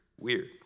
weird